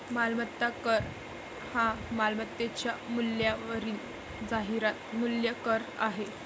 मालमत्ता कर हा मालमत्तेच्या मूल्यावरील जाहिरात मूल्य कर आहे